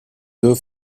deux